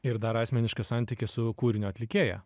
ir dar asmeniškas santykis su kūrinio atlikėja